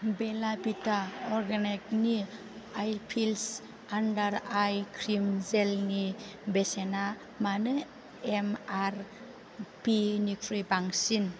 बेला भिटा अर्गेनिकनि आईपिल्स आन्डार आई क्रिम जेलनि बेसेना मानो एमआरपिनिख्रुइ बांसिन